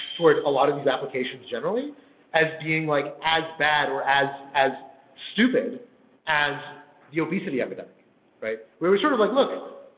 toward a lot of these applications generally as being like as bad or as as stupid as the obesity um and of. where we're sort of like, look,